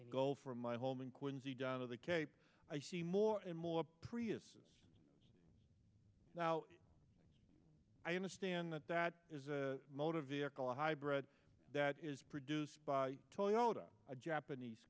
go from my home in quincy down to the cape i see more and more prius now i understand that that is a motor vehicle hybrid that is produced by toyota a japanese